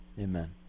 Amen